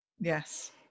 Yes